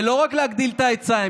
ולא רק להגדיל את ההיצע,